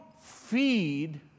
feed